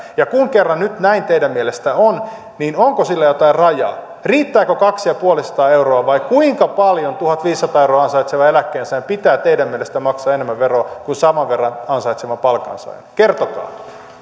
ja kun kerran nyt näin teidän mielestänne on niin onko sille jotain rajaa riittääkö kaksisataaviisikymmentä euroa vai kuinka paljon tuhatviisisataa euroa ansaitsevan eläkkeensaajan pitää teidän mielestänne maksaa enemmän veroa kuin saman verran ansaitsevan palkansaajan kertokaa